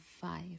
five